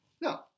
No